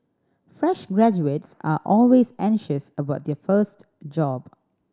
fresh graduates are always anxious about their first job